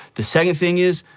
the second thing is,